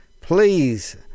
please